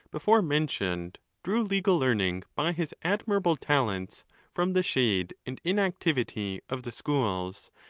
before mentioned, drew legal learning by his admirable talents from the shade and inactivity of the schools,